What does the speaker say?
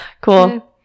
Cool